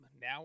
now